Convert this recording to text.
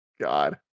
God